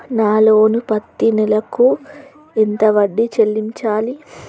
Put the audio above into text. నా లోను పత్తి నెల కు ఎంత వడ్డీ చెల్లించాలి?